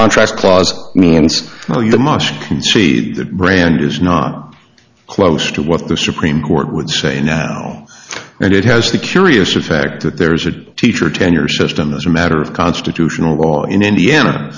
contract clause means the much concede that brand is not close to what the supreme court would say now and it has the curious effect that there's a teacher tenure system as a matter of constitutional law in indiana